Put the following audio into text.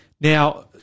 Now